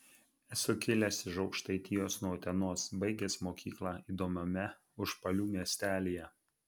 esu kilęs iš aukštaitijos nuo utenos baigęs mokyklą įdomiame užpalių miestelyje